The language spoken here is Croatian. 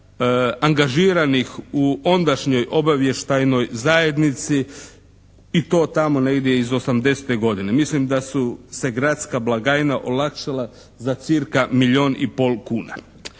angažiranih u ondašnjoj obavještajnoj zajednici i to tamo negdje iz osamdesete godine. Mislim da su se gradska blagajna olakšala za cirka milijun i pol kuna.